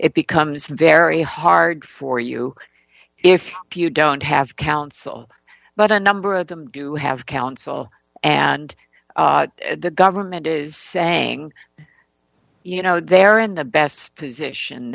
it becomes very hard for you if you don't have counsel but a number of them do have counsel and the government is saying you know they're in the best position